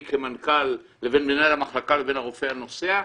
כמנכ"ל לבין מנהל המחלקה לבין הרופא הנוסע,